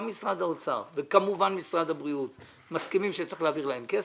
גם משרד האוצר וכמובן משרד הבריאות מסכימים שצריך להעביר להם כסף.